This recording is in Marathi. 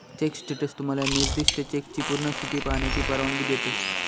चेक स्टेटस तुम्हाला निर्दिष्ट चेकची पूर्ण स्थिती पाहण्याची परवानगी देते